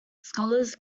scholars